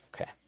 Okay